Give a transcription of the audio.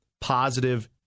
positive